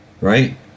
Right